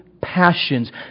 passions